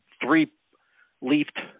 three-leafed